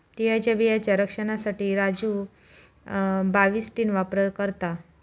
तिळाच्या बियांचा रक्षनासाठी राजू बाविस्टीन वापर करता